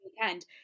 weekend